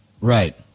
Right